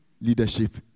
leadership